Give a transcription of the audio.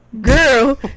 girl